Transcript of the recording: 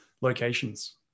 locations